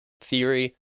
theory